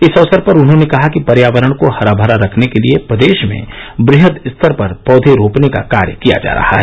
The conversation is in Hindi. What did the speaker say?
इस अवसर पर उन्होंने कहा कि पर्यावरण को हरा भरा रखने के लिए प्रदेश में वृहद स्तर पर पौधे रोपने का कार्य किया जा रहा है